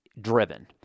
driven